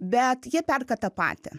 bet jie perka tą patį